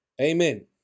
Amen